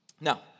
Now